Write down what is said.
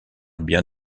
bien